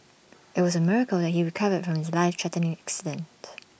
IT was A miracle that he recovered from his life threatening accident